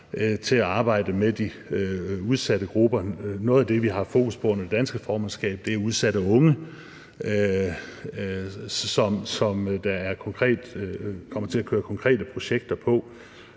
til at arbejde med de udsatte grupper. Noget af det, vi har fokus på under det danske formandskab, er udsatte unge, som der kommer til at køre konkrete projekter om.